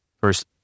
first